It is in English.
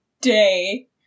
day